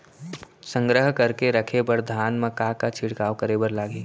संग्रह करके रखे बर धान मा का का छिड़काव करे बर लागही?